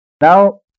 Now